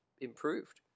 improved